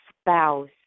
spouse